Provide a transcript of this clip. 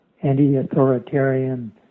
anti-authoritarian